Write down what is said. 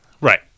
Right